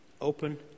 Open